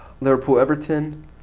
Liverpool-Everton